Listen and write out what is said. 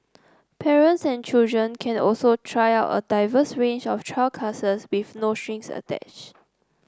parents and children can also try out a diverse range of trial classes with no strings attached